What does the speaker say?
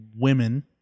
women